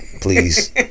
Please